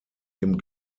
dem